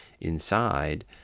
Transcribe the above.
inside